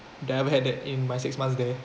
that I ever had that in my six months there